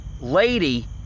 Lady